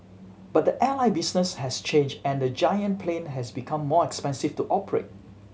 but the airline business has changed and the giant plane has become more expensive to operate